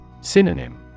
Synonym